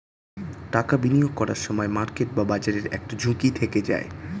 টাকা বিনিয়োগ করার সময় মার্কেট বা বাজারের একটা ঝুঁকি থেকে যায়